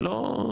זה לא,